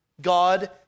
God